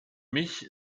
mich